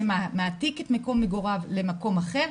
מעתיק את מקום מגוריו למקום אחר,